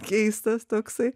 keistas toksai